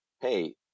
Hey